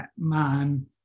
man